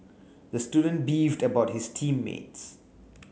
the student beefed about his team mates